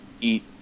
eat